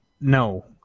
No